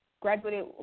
graduated